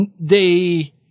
they-